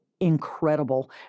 incredible